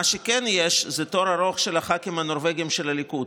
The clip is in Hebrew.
מה שכן יש זה תור ארוך של הח"כים הנורבגים של הליכוד.